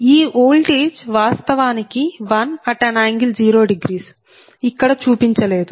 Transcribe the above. ఈ ఓల్టేజ్ వాస్తవానికి 1∟00 ఇక్కడ చూపించలేదు